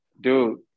Dude